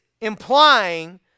implying